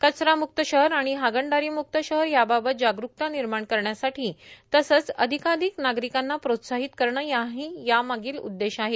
कचरामुक्त शहर आणि हागणदारीमुक्त शहर याबाबत जागरूकता निर्माण करण्यासाठी तसंच अधिकाधिक नागरिकांना प्रोत्साहित करणं हाही यामागील उद्देश आहे